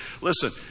Listen